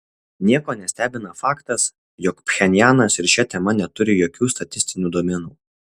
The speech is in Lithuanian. nieko nestebina faktas jog pchenjanas ir šia tema neturi jokių statistinių duomenų